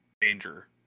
danger